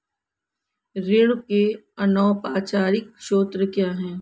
ऋण के अनौपचारिक स्रोत क्या हैं?